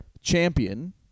champion